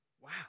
Wow